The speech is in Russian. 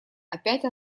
опять